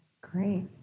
Great